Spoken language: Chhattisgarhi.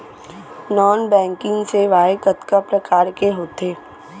नॉन बैंकिंग सेवाएं कतका प्रकार के होथे